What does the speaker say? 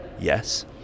Yes